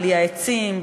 בלי העצים,